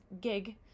gig